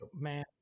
man